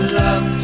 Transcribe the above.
love